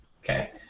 Okay